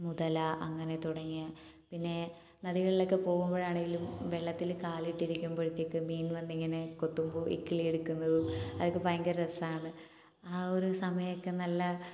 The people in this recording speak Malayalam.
മുതല അങ്ങനെ തുടങ്ങിയ പിന്നെ നദികളിലൊക്കെ പോകുമ്പോഴാണേലും വെള്ളത്തിൽ കാലിട്ടിരിക്കുമ്പോഴത്തേക്കും മീൻ വന്നിങ്ങനെ കൊത്തുമ്പോൾ ഇക്കിളി എടുക്കുന്നതും അതൊക്കെ ഭയങ്കര രസമാണ് ആ ഒരു സമയമൊക്കെ നല്ല